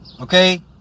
Okay